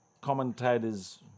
commentator's